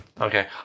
Okay